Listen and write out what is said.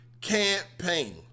campaign